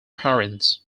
parents